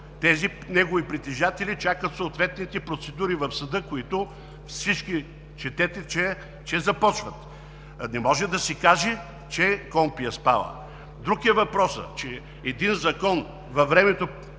а неговите притежатели чакат съответните процедури в съда, за които всички четете, че започват. Не може да се каже, че КПКОНПИ е спала! Друг е въпросът, че във времето